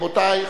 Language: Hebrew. רבותי,